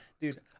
dude